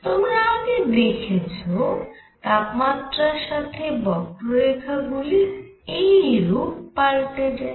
তোমরা আগে দেখেছ তাপমাত্রার সাথে বক্ররেখা গুলি এইরূপ পালটে যায়